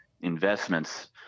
investments